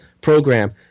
program